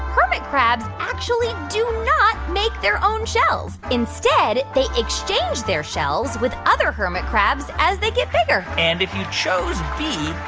hermit crabs actually do not make their own shells. instead, they exchange their shells with other hermit crabs as they get bigger and if you chose b,